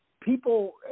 People